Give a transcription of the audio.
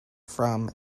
from